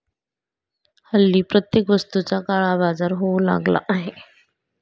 हल्ली प्रत्येक वस्तूचा काळाबाजार होऊ लागला आहे